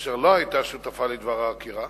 אשר לא היתה שותפה לדבר העקירה